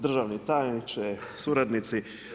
Državni tajniče, suradnici.